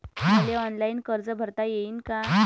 मले ऑनलाईन कर्ज भरता येईन का?